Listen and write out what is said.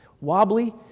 wobbly